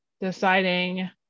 deciding